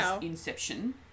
Inception